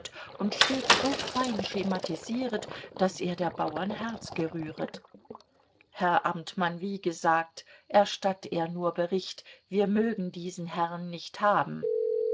und stets so fein schematisieret daß er der bauern herz gerühret herr amtmann wie gesagt erstatt er nur bericht wir mögen diesen herrn nicht haben